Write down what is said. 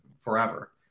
forever